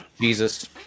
Jesus